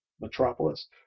Metropolis